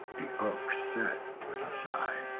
the oak said with a sigh,